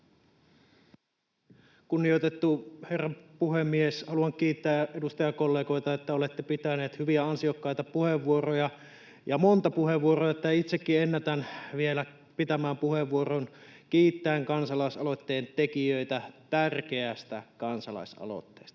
Kunnioitettu herra puhemies! Haluan kiittää edustajakollegoita, että olette pitäneet hyviä, ansiokkaita puheenvuoroja, monta puheenvuoroa — itsekin ennätän vielä pitämään puheenvuoron kiittäen kansalaisaloitteen tekijöitä tärkeästä kansalaisaloitteesta.